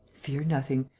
fear nothing.